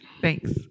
Thanks